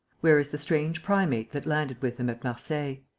where is the strange primate that landed with them at marseilles?